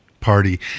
party